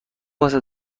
واسه